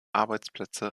arbeitsplätze